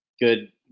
good